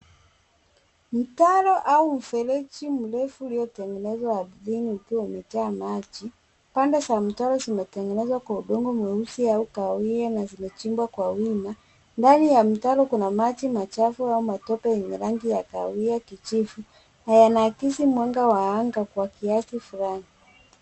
Mtaro au mfereji mrefu uliotengenezwa ardhini ukiwa umejaa maji. Pande za mtaro zimetengenezwa kwa udongo mweusi au kahawia na zimechimbwa kwa wima. Ndani ya mtaro kuna maji machafu au matope enye rangi ya kahawia kijivu na yanaakisi mwanga wa anga kwa kiasi fulani.